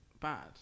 bad